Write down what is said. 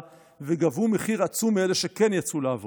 וגבו מחיר עצום מאלה שכן יצאו לעבוד.